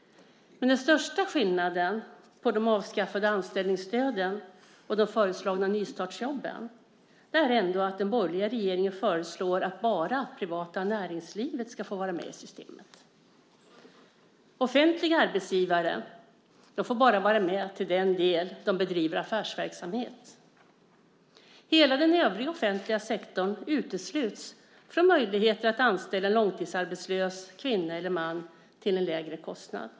Den största skillnaden på de avskaffade anställningsstöden och de föreslagna nystartsjobben är ändå att den borgerliga regeringen föreslår att bara det privata näringslivet ska få vara med i systemet. Offentliga arbetsgivare får bara vara med till den del de bedriver affärsverksamhet. Hela den övriga offentliga sektorn utesluts från möjligheten att anställa en långtidsarbetslös kvinna eller man till en lägre kostnad.